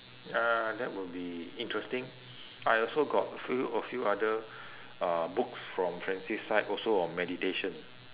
ya that would be interesting I also got a few a few other uh books from francis side also on meditation